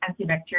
antibacterial